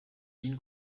ihn